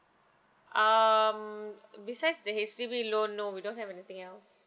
um besides the H_D_B loan no we don't have anything else